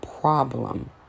problem